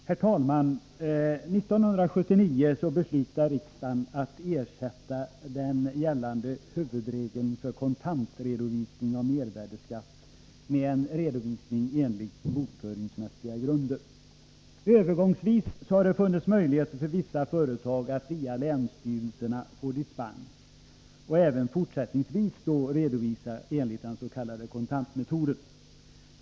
Herr talman! År 1979 beslutade riksdagen att ersätta den gällande huvudregeln för kontantredovisning av mervärdeskatt med en redovisning på bokföringsmässiga grunder. Övergångsvis har det funnits möjligheter för vissa företag att via länsstyrelserna få dispens och även fortsättningsvis redovisa enligt den s.k. kontantmetoden.